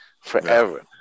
forever